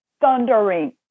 thundering